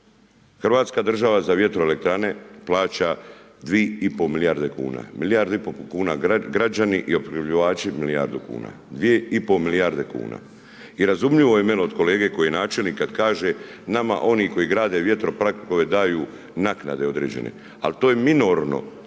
Hrvatska država za vjetroelektrane plaća 2,5 milijarde kuna, milijardu i pol kuna građani i opskrbljivači milijardu kuna. 2,5 milijarde kuna. I razumljivo je meni od kolege koji je načelnik kad kaže nama oni koji grade vjetro .../Govornik se ne razumije./... daju naknade određene ali to je minorno